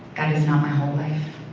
that is not my whole life.